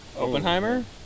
Oppenheimer